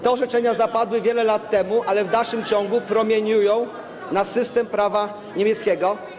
Te orzeczenia zapadły wiele lat temu, ale w dalszym ciągu promieniują na system prawa niemieckiego.